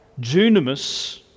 Junimus